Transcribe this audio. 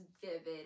vivid